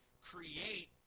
create